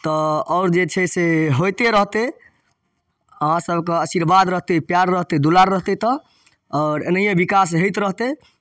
तऽ आओर जे छै से होइते रहतै अहाँसभके आशीर्वाद रहतै प्यार रहतै दुलार रहतै तऽ आओर एनाहिए विकास होइत रहतै